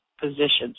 positions